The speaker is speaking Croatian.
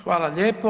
Hvala lijepo.